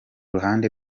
ruhande